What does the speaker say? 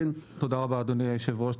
תודה רבה אדוני היושב-ראש,